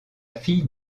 fille